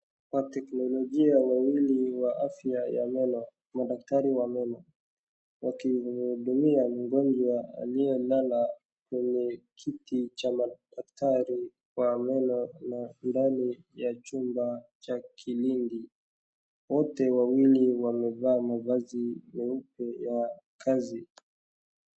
Wateknolojia wawili wa afya ya meno, madaktari wa meno, wakimhudumia mgonjwa aliyelala kwenye kiti cha madaktari wa meno na ndani ya chumba cha kliniki. Wote wawili wamevaa mavazi meupe ya kazi.